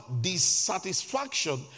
dissatisfaction